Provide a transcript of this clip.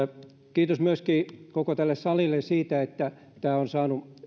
kiitos myöskin koko tälle salille siitä että tämä on saanut